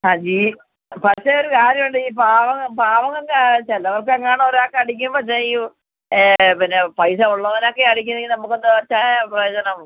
ആ പക്ഷെ ഒരു കാര്യം ഉണ്ട് ഈ പാവങ്ങൾക്ക് ചിലർക്ക് എങ്ങാനും ഒരാൾക്ക് അടിക്കുമ്പോൾ ചെയ്യും പിന്നെ പൈസ ഉള്ളവന് ഒക്കെയാ അടുക്കുന്നത് എങ്കില് നമുക്ക് എന്ത് വെച്ചാണ് പ്രയോജനം